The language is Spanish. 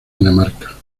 dinamarca